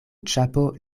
ĉapo